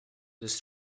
this